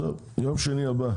טוב, יום שני הבא